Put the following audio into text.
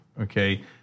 Okay